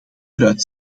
eruit